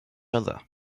other